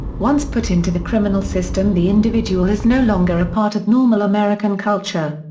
once put into the criminal system the individual is no longer apart of normal american culture.